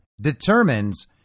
determines